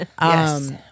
Yes